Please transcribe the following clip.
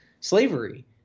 Slavery